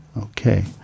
Okay